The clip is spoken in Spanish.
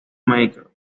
maker